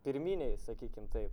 pirminiai sakykim taip